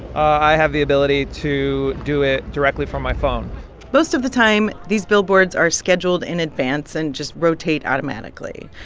i have the ability to do it directly from my phone most of the time, these billboards are scheduled in advance and just rotate automatically.